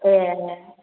ए